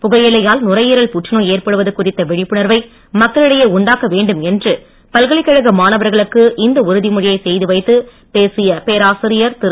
புகையிலையால் நுரையீரல் புற்றுநோய் ஏற்படுவது குறித்த விழிப்புணர்வை மக்களிடையே உண்டாக்க வேண்டும் என்று பல்கலைக்கழக மாணவர்களுக்கு இந்த உறுதிமொழியை செய்து வைத்து பேசிய பேராசிரியர் திரு